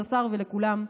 לשר ולכולם.